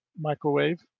microwave